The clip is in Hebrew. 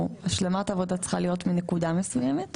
או השלמת עבודה צריכה להיות מנקודה מסוימת.